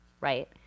right